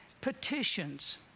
petitions